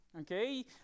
Okay